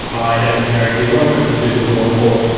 hi, damien carrick here, welcome to the law report.